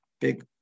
big